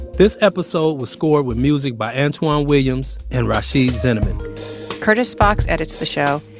this episode was scored with music by antwan williams and rhashiyd zinnamon curtis fox edits the show.